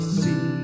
see